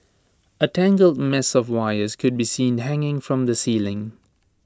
A tangled mess of wires could be seen hanging from the ceiling